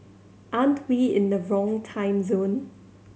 aren't we in the wrong time zone